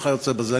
וכיוצא בזה.